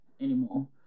anymore